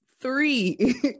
three